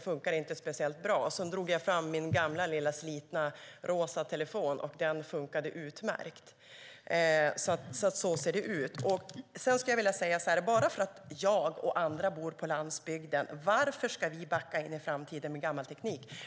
funkade det inte speciellt bra. Sedan tog jag fram min gamla slitna rosa telefon, och den funkade utmärkt. Så ser det ut. Varför ska vi backa in i framtiden med gammal teknik bara för att jag och andra bor på landsbygden?